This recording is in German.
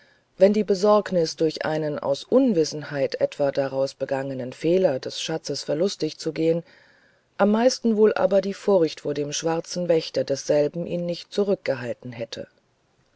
wenn die besorgnis durch einen aus unwissenheit etwa dabei begangenen fehler des schatzes verlustig zu gehn am meisten wohl aber die furcht vor dem schwarzen wächter desselben ihn nicht zurückgehalten hätte